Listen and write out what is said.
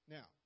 Now